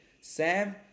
sam